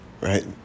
Right